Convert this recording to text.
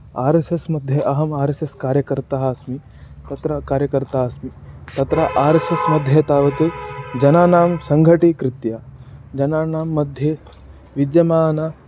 R S S मध्ये अहम् R S S कार्यकर्ता अस्मि तत्र कार्यकर्ता अस्मि तत्र आर् एस् एस् मध्ये तावत् जनान् सङ्घटीकृत्य जनानां मध्ये विद्यमानान्